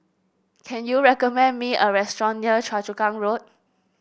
can you recommend me a restaurant near Choa Chu Kang Road